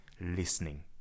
listening